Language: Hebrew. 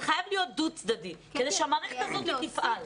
זה חייב להיות דו-צדדי כדי שהמערכת הזו תפעל.